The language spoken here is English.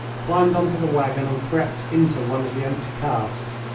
climbed on to the waggon, and crept into one of the empty casks.